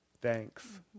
thanks